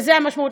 וזאת המשמעות.